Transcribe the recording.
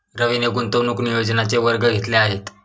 रवीने गुंतवणूक नियोजनाचे वर्ग घेतले आहेत